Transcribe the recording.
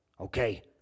okay